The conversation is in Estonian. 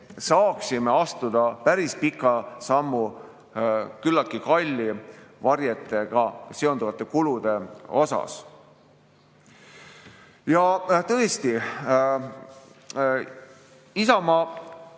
saaksime astuda päris pika sammu küllaltki kallite varjetega seonduvate kulude puhul. Ja tõesti, Isamaa